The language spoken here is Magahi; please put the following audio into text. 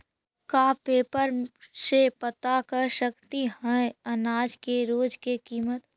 का पेपर में से पता कर सकती है अनाज के रोज के किमत?